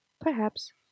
Perhaps